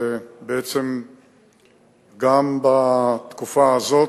ובעצם גם בתקופה הזאת,